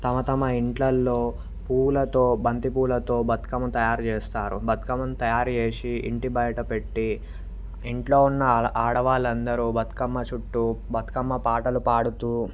తమ తమ ఇంట్లల్లో పూలతో బంతి పూలతో బతుకమ్మను తయారు చేస్తారు బతుకమ్మను తయారు చేసి ఇంటి బయట పెట్టి ఇంట్లో ఉన్న ఆడవాళ్ళు అందరూ బతుకమ్మ చుట్టూ బతుకమ్మ పాటలు పాడుతూ